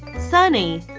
sunny.